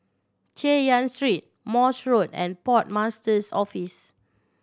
Chay Yan Street Morse Road and Port Master's Office